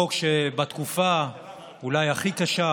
חוק שבתקופה שהיא אולי הכי קשה,